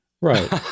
Right